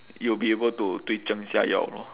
you will be able to 对症下药 lor